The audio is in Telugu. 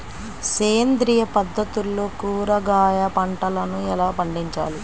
సేంద్రియ పద్ధతుల్లో కూరగాయ పంటలను ఎలా పండించాలి?